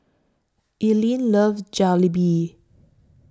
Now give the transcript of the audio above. Elayne loves Jalebi